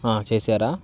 చేశారా